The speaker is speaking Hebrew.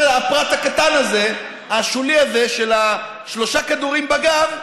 הפרט הקטן הזה, השולי הזה, של השלושה כדורים בגב,